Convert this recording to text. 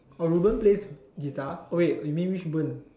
oh Reuben plays guitar wait you mean which Reuben